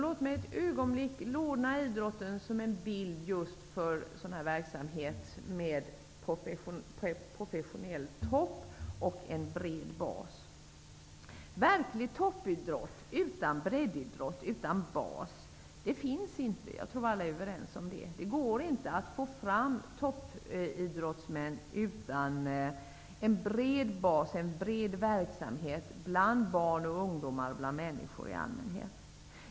Låt mig ett ögonblick låna idrotten som en bild just för verksamhet med en professionell topp och en bred bas. Verklig toppidrott utan breddidrott och utan bas finns inte. Jag tror att alla är överens om det. Det går inte att få fram toppidrottsmän utan att man har en bred bas och en bred verksamhet bland barn och ungdomar och bland människor i allmänhet.